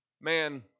Man